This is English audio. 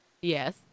Yes